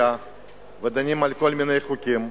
במליאה ודנים על כל מיני חוקים,